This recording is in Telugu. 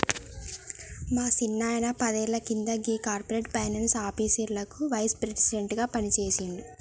మా సిన్నాయిన పదేళ్ల కింద గీ కార్పొరేట్ ఫైనాన్స్ ఆఫీస్లకి వైస్ ప్రెసిడెంట్ గా పనిజేసిండు